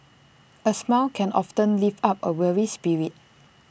A smile can often lift up A weary spirit